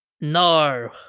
no